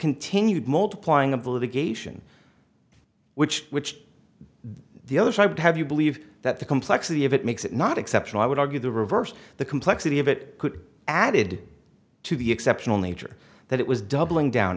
continued multiplying of the litigation which which the other side would have you believe that the complexity of it makes it not exceptional i would argue the reverse the complexity of it could added to the exceptional nature that it was doubling down